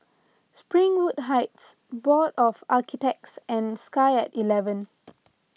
Springwood Heights Board of Architects and Sky at eleven